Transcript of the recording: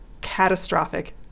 catastrophic